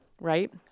right